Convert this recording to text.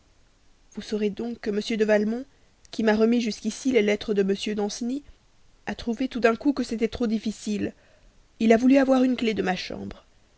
vous saurez donc que m de valmont qui m'a remis jusqu'à présent les lettres de m danceny a trouvé tout d'un coup que c'était trop difficile il a voulu avoir une clef de ma chambre